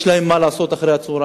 יש להם מה לעשות אחר-הצהריים.